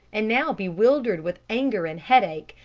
and now bewildered with anger and headache,